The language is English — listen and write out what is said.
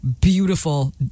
beautiful